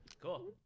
Cool